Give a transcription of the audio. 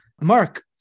Mark